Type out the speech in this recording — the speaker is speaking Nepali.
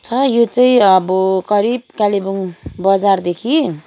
छ यो चाहिँ अब करिब कालेबुङ बजारदेखि